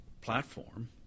platform